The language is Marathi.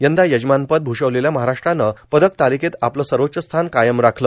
यंदा यजमानपद भूषवलेल्या महाराष्ट्रानं पदक तालिकेत आपलं सर्वोच्च स्थान कायम राखलं